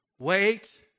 Wait